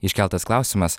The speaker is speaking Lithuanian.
iškeltas klausimas